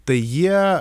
tai jie